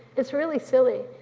it's really silly.